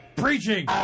preaching